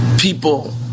People